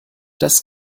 das